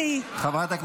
מדברת.